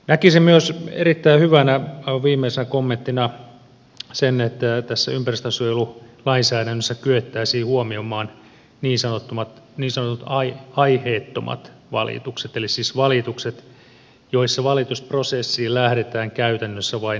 näkisin myös erittäin hyvänä aivan viimeisenä kommenttina sen että tässä ympäristönsuojelulainsäädännössä kyettäisiin huomioimaan niin sanotut aiheettomat valitukset eli siis valitukset joissa valitusprosessiin lähdetään käytännössä vain kiusantekomielessä